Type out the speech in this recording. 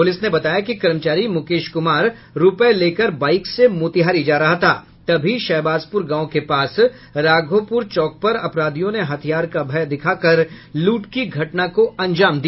police ने बताया कि कर्मचारी मुकेश कुमार रुपये लेकर बाइक से मोतिहारी जा रहा था तभी शहबाजपुर गांव के पास राघोपुर चौक पर अपराधियों ने हथियार का भय दिखाकर लूट की घटना को अंजाम दिया